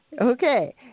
Okay